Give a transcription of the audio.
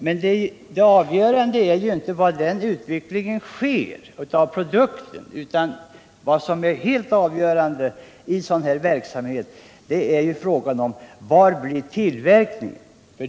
Men det avgörande är inte var utvecklingen av produkter sker, utan det helt avgörande i sådan här verksamhet är var tillverkningen sker.